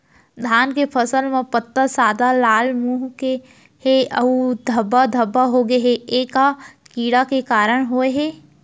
धान के फसल म पत्ता सादा, लाल, मुड़ गे हे अऊ धब्बा धब्बा होगे हे, ए का कीड़ा के कारण होय हे?